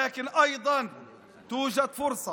אבל יש גם הזדמנות,